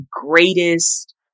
greatest